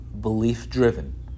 belief-driven